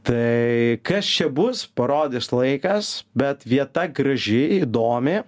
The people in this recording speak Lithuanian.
tai kas čia bus parodys laikas bet vieta graži įdomi